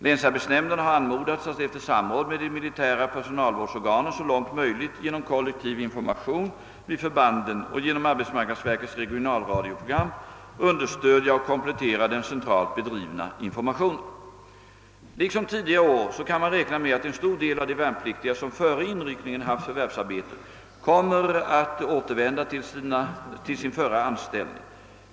Länsarbetsnämnderna har anmodats att efter samråd med de militära personalvårdsorganen så långt möjligt genom kollektiv information vid förbanden och genom arbetsmarknadsverkets regionalradioprogram <understödja och komplettera den centralt hedrivna informationen. Liksom tidigare år kan man räkna med att en stor del av de värnpliktiga som före inryckningen haft förvärvsarbete kommer att återvända till sir förra anställning.